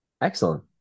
Excellent